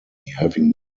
having